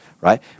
right